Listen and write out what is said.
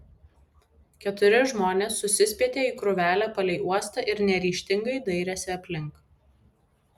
keturi žmonės susispietė į krūvelę palei uostą ir neryžtingai dairėsi aplink